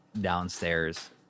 downstairs